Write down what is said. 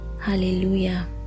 Hallelujah